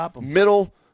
middle